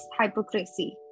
hypocrisy